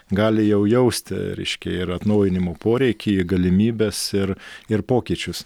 gali jau jausti reiškia ir atnaujinimo poreikį galimybes ir ir pokyčius